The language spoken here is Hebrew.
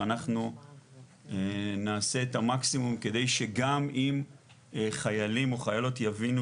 ואנחנו נעשה את המקסימום כדי שגם אם חיילים או חיילות יבינו